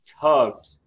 tugged